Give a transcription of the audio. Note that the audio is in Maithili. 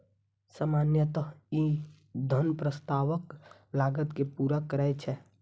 सामान्यतः ई धन प्रस्तावक लागत कें पूरा करै छै